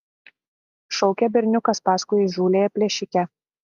šaukė berniukas paskui įžūliąją plėšikę